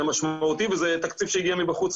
זה משמעותי וזה תקציב שהגיע מבחוץ,